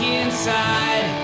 inside